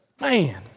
Man